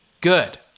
good